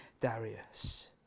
Darius